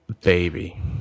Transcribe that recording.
baby